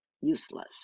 useless